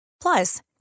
Plus